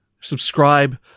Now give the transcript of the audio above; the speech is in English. subscribe